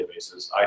databases